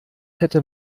hätte